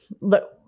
look